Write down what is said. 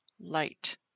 light